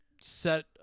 set